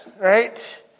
right